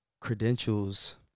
credentials